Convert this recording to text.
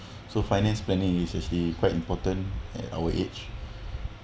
so finance planning is actually quite important at our age